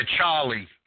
Charlie